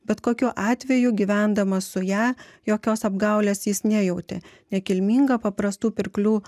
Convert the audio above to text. bet kokiu atveju gyvendamas su ja jokios apgaulės jis nejautė nekilminga paprastų pirklių